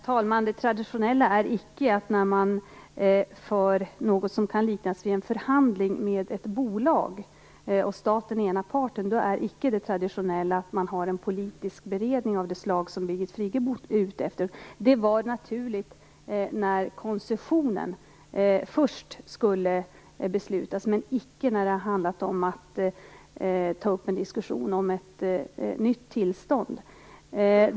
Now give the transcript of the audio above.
Herr talman! När man för något som kan liknas vid en förhandling med ett bolag och där staten är ena parten, är inte det traditionella att man har en politisk beredning av det slag som Birgit Friggebo är ute efter. Det var naturligt när koncessionen först skulle beslutas, men icke när det handlade om att ta upp en diskussion om ett nytt tillstånd.